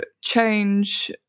change